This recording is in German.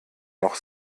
noch